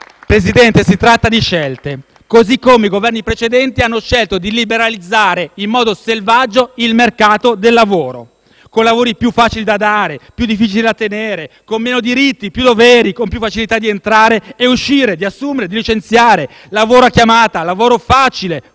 Presidente, si tratta di scelte. I Governi precedenti hanno scelto di liberalizzare in modo selvaggio il mercato del lavoro con lavori più facili da dare, più difficili da tenere, con meno diritti e più doveri, con più facilità di entrare e uscire, di assumere, di licenziare, lavoro a chiamata, lavoro facile,